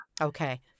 Okay